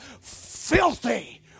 filthy